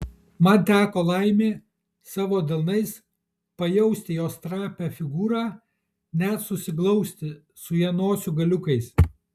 man teko laimė savo delnais pajausti jos trapią figūrą net susiglausti su ja nosių galiukais